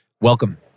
Welcome